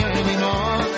anymore